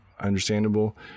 understandable